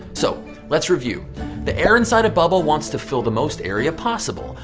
so let's review the air inside a bubble wants to fill the most area possible.